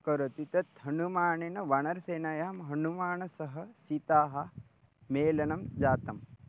करोति तत् हनुमानेन वानरसेनायां हनुमानेन सह सीतया मेलनं जातम्